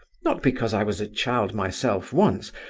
not because i was a child myself once,